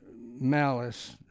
malice